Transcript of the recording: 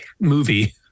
movie